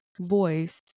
voice